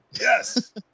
Yes